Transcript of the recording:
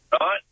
right